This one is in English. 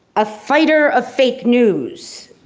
a fighter of fake news.